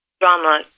drama